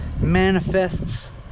manifests